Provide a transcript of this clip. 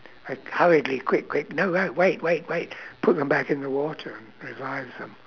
I hurriedly quick quick no no wait wait wait put them back in the water revive them